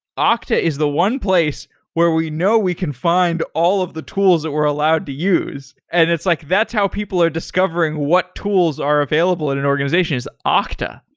ah okta is the one place where we know we can find all of the tools that we're allowed to use. and it's like, that's how people are discovering what tools are available in an organization is ah okta.